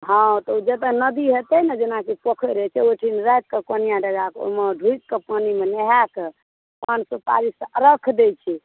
हॅं तऽ ओ जतऽ नदी हेतै ने जेनाकि पोखरि होइ छै ओहिठाम ओहिमे ढुकिकऽ कोनिया डालामे ओहिमे नहाकऽ पान सुपाड़ी से अर्घ्य दै छै